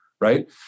Right